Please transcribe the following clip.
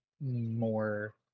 more